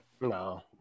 No